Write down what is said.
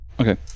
Okay